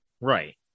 right